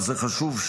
וזה חשוב,